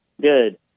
Good